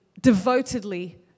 devotedly